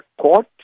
court